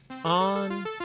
On